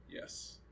Yes